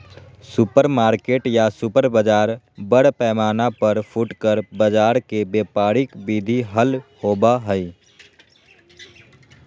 supermarket या super बाजार बड़ पैमाना पर फुटकर बाजार के व्यापारिक विधि हल होबा हई